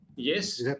Yes